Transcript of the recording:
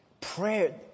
prayer